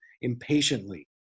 impatiently